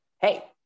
hey